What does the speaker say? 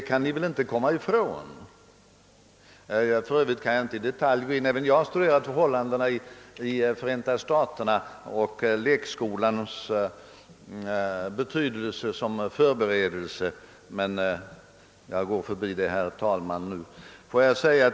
även Förenta staterna har det, det kan man inte komma ifrån. Även jag har studerat förhållandena i Förenta staterna och lekskolans betydelse som förberedelse, men jag skall inte ta upp den frågan nu.